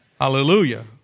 Hallelujah